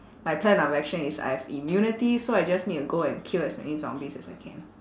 my plan of action is I have immunity so I just need to go and kill as many zombies as I can